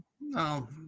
no